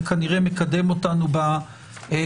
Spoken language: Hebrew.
זה כנראה מקדם אותנו בדיון,